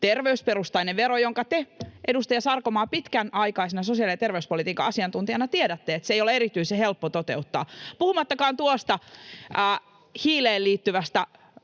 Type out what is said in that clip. terveysperustainen vero, josta te, edustaja Sarkomaa, pitkäaikaisena sosiaali- ja terveyspolitiikan asiantuntijana tiedätte, että se ei ole erityisen helppo toteuttaa — puhumattakaan tuosta hiileen liittyvästä